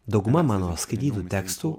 dauguma mano skaitytų tekstų